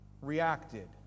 reacted